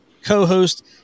co-host